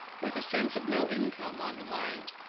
with a sense of no income on the mind,